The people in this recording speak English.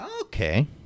Okay